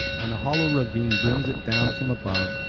and a hollow ravine brings it down from above.